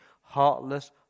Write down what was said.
heartless